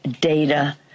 data